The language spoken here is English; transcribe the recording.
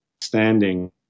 standing